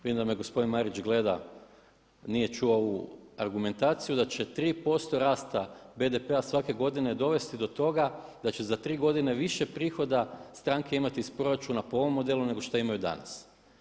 Vidim da me gospodin Marić gleda, nije čuo ovu argumentaciju da će 3% rasta BDP-a svake godine dovesti do toga da će za tri godine više stranke imati iz proračuna po ovom modelu nego što imaju danas.